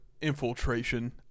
infiltration